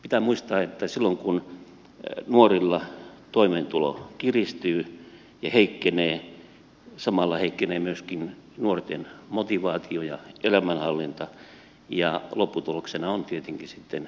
pitää muistaa että silloin kun nuorilla toimeentulo kiristyy ja heikkenee samalla heikkenee myöskin nuorten motivaatio ja elämänhallinta ja lopputuloksena on tietenkin sitten syrjäytyminen